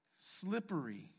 slippery